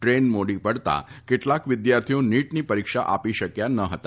train મોડી પડતા કેટલાક વિદ્યાર્થીઓ નીટની પરીક્ષા આપી શકયા ન હતા